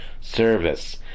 service